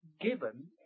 given